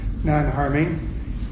non-harming